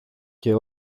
και